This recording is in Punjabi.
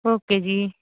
ਓਕੇ ਜੀ